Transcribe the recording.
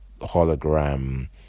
hologram